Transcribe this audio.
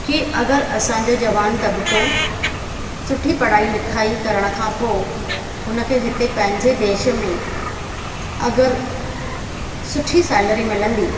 के अगरि असांजो जवान तबिको सुठी पढ़ाई लिखाई करण खां पोइ हुनखे हिते पंहिंजे देश में अगरि सुठी सेलेरी मिलंदी